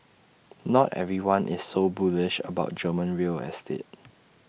not everyone is so bullish about German real estate